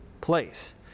place